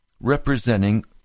representing